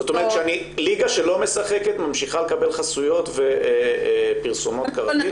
זאת אומרת ליגה שלא משחקת ממשיכה לקבל חסויות ופרסומות כרגיל?